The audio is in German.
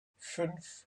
fünf